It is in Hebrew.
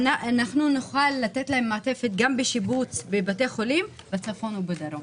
ונוכל לתת להם מעטפת בשיבוץ בבתי חולים בצפון או בדרום.